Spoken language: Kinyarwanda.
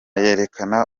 yerekana